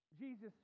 Jesus